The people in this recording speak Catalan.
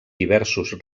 diversos